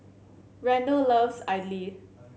Randall loves idly